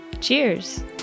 Cheers